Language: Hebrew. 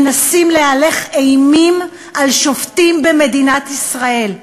מנסים להלך אימים על שופטים במדינת ישראל.